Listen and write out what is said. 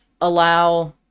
allow